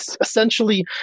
essentially